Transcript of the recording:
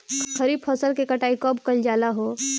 खरिफ फासल के कटाई कब कइल जाला हो?